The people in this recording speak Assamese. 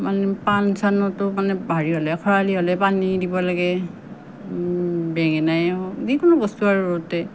মানে পাণ চানতো মানে হেৰি হ'লে খৰালি হ'লে পানী দিব লাগে বেঙেনাই হওক যিকোনো বস্তুবোৰতে